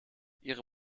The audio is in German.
ihre